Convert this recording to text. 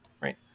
right